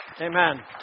Amen